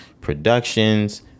productions